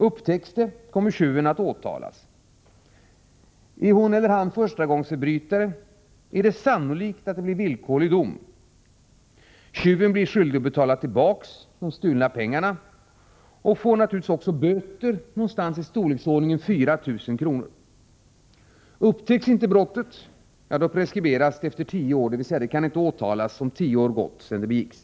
Upptäcks det, kommer tjuven att åtalas. Är tjuven förstagångsförbrytare är det sannolikt att det blir villkorlig dom. Tjuven blir skyldig att betala tillbaka de stulna pengarna och får naturligtvis också böter. Det kommer att röra sig om ca 4 000 kr. Upptäcks inte brottet, preskriberas det efter tio år. Man kan alltså inte väcka åtal, om tio år gått sedan brottet begicks.